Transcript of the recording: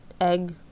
egg